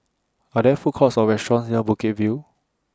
Are There Food Courts Or restaurants near Bukit View